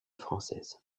française